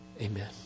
Amen